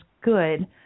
good